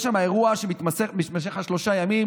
יש שם אירוע שנפרס על שלושה ימים